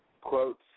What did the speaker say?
quotes